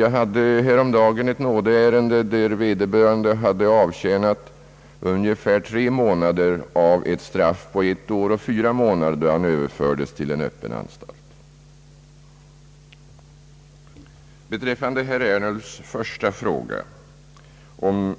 Jag hade härom dagen ett nådeärende, där vederbörande hade avtjänat ungefär tre månader av ett straff på ett år och fyra månader, då han överfördes till en öppen anstalt. Beträffande herr Ernulfs första fråga om